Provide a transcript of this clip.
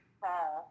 fall